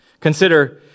Consider